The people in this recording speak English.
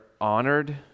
honored